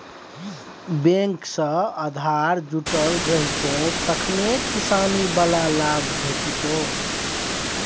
bank सँ आधार जुटल रहितौ तखने किसानी बला लाभ भेटितौ